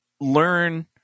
learn